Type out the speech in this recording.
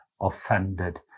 offended